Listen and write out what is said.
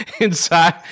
Inside